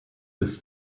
this